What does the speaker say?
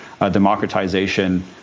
democratization